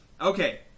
Okay